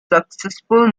successful